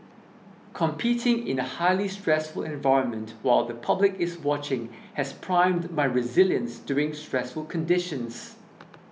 competing in a highly stressful environment while the public is watching has primed my resilience during stressful conditions